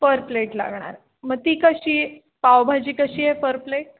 पर plate लागणार मग ती कशी पावभाजी कशी आहे पर प्लेट